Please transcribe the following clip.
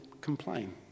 complain